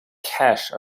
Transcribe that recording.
cash